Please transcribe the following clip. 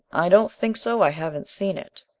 i don't think so. i haven't seen it.